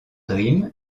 dream